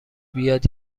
بیاد